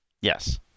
Yes